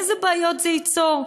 איזה בעיות זה ייצור,